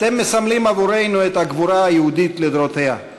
אתם מסמלים עבורנו את הגבורה היהודית לדורותיה.